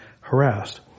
harassed